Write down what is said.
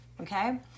okay